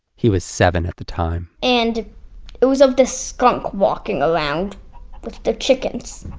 he was seven at the time. and it was of the skunk walking around with the chickens,